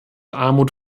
armut